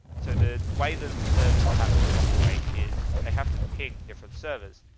so the way the servers have to operate is they have to pick different servers.